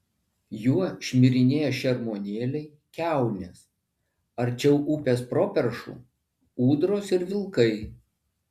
juo šmirinėja šermuonėliai kiaunės arčiau upės properšų ūdros ir vilkai